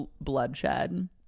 bloodshed